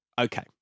Okay